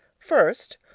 first.